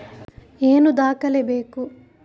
ಏನು ದಾಖಲೆ ಬೇಕು?